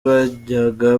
bajyaga